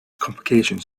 complications